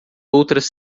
outras